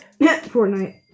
Fortnite